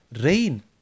rain